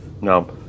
No